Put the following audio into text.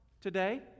today